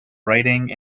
writing